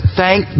thank